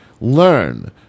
learn